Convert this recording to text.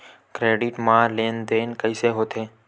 Credit मा लेन देन कइसे होथे?